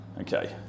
Okay